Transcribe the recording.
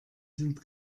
sind